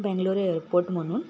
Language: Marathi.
बेंगलोर एअरपोर्ट म्हणून